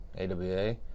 AWA